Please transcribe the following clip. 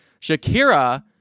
Shakira